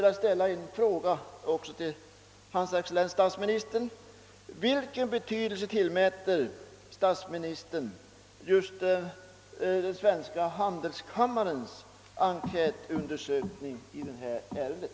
Jag vill mot denna bakgrund fråga hans excellens statsministern: Vilken betydelse tillmäter statsministern den svenska handelskammarens enkätundersökning i det aktuella avseendet?